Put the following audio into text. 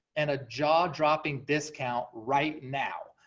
and a jaw dropping discount right now.